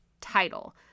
title